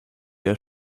der